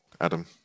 Adam